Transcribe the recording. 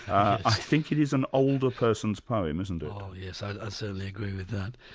i think it is an older person's poem, isn't it? oh yes, i absolutely agree with that.